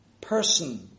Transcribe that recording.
person